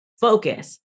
focus